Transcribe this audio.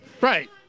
Right